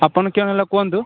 ଆପଣ କିଅଣ ହେଲା କୁହନ୍ତୁ